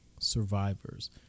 survivors